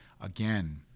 Again